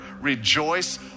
rejoice